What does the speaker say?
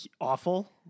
awful